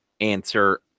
answer